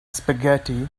spaghetti